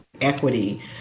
equity